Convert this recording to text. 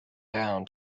down